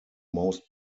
most